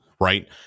right